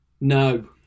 no